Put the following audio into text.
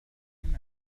عندك